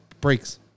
breaks